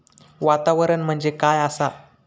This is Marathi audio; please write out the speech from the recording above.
वातावरण म्हणजे काय आसा?